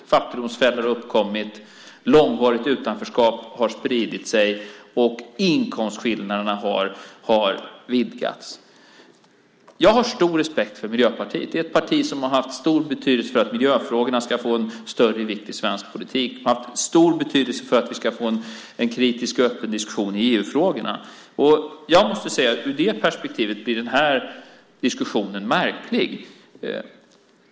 Fattigdomsfällor har uppkommit, långvarigt utanförskap har spridit sig och inkomstskillnaderna har vidgats. Jag har stor respekt för Miljöpartiet. Det är ett parti som har haft stor betydelse för att miljöfrågorna ska få en större vikt i svensk politik och haft stor betydelse för att vi ska få en kritisk och öppen diskussion i EU-frågorna. Ur det perspektivet blir den här diskussionen märklig.